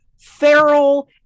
feral